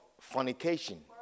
fornication